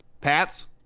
Pats